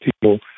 people